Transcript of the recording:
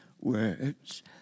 words